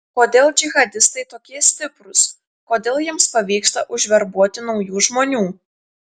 kodėl džihadistai tokie stiprūs kodėl jiems pavyksta užverbuoti naujų žmonių